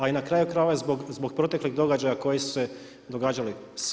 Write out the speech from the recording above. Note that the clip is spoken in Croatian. A i na kraju krajeva i zbog proteklih događaja koji su se događali.